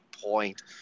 point